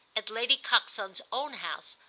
at lady coxon's own house,